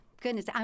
Goodness